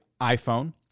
iPhone